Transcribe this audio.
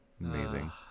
Amazing